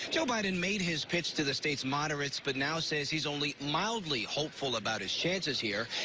joe biden made his pitch to the state's moderates, but now says he is only mildly hopeful about his chances here.